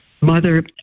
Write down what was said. mother